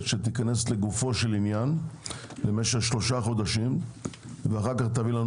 שתיכנס לגופו של עניין למשך שלושה חודשים ואחר כך תביא לנו